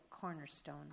cornerstone